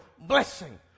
blessing